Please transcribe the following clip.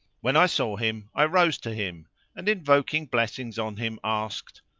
when i saw him i rose to him and invoking blessings on him asked,